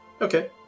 Okay